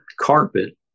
carpet